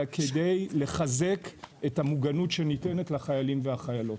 כדי לחזק את המוגנות שניתנת לחיילים ולחיילות.